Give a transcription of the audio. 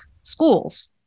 schools